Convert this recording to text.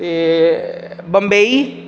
ते बंबई